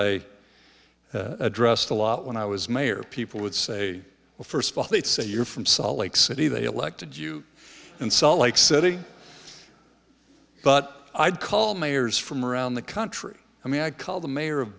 i addressed a lot when i was mayor people would say well first of all they say you're from salt lake city they elected you and salt lake city but i'd call mayors from around the country i mean i call the mayor of